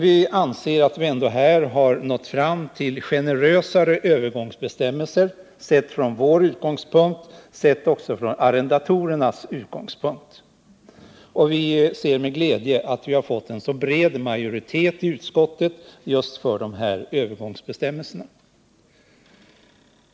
Vi anser att vi nått fram till generösare övergångsbestämmelser, sett från vår utgångspunkt och även från arrendatorernas utgångspunkt, och vi ser med glädje att vi fått en så bred majoritet i utskottet just för dessa övergångsbestämmelser.